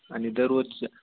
आणि दररोज